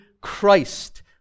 Christ